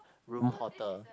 room hotter